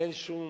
אין שום